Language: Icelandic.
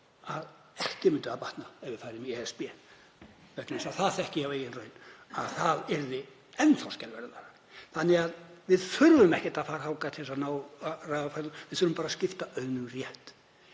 ekki myndi það batna ef við færum í ESB vegna þess að það þekki ég af eigin raun að það yrði enn skelfilegra. Við þurfum ekki að fara þangað til að ná jöfnuði, við þurfum bara að skipta auðnum rétt.